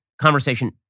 conversation